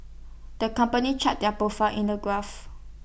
the company charted their profits in the graph